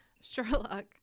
Sherlock